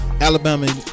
Alabama